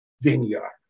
vineyard